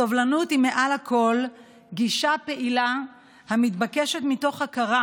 סובלנות היא מעל הכול גישה פעילה המתבקשת מתוך הכרה